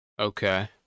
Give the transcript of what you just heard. Okay